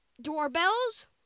doorbells